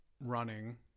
running